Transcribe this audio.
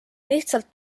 lihtsalt